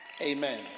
Amen